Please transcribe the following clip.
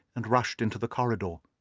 and rushed into the corridor.